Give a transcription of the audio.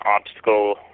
obstacle